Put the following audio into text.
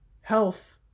health